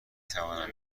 توانم